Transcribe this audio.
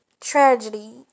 tragedy